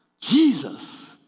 Jesus